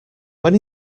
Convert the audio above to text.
when